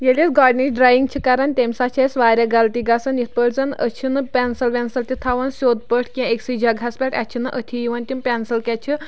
ییٚلہِ أسۍ گۄڈنِچ ڈرایِنٛگ چھِ کَران تمہِ ساتہٕ چھِ اَسہِ واریاہ غلطی گژھان یِتھ پٲٹھۍ زَن أسۍ چھِنہٕ پٮ۪نسَل وٮ۪نسَل تہِ تھاوان سیوٚد پٲٹھۍ کینٛہہ أکسٕے جَگہَس پٮ۪ٹھ اَسہِ چھِنہٕ أتھی یِوان تِم پٮ۪نسَل کیٛاہ چھِ